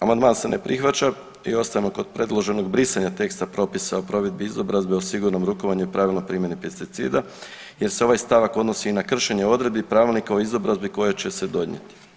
Amandman se ne prihvaća i ostajemo kod predloženog brisanja teksta propisa o provedbi izobrazbe o sigurnom rukovanju i pravilnoj primjeni pesticida, jer se ovaj stavak odnosi i na kršenje odredbi Pravilnika o izobrazbi koje će se donijeti.